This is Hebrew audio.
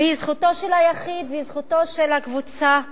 והיא זכותו של היחיד והיא זכותה של הקבוצה שלו,